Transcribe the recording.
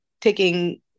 taking